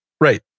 Right